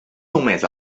només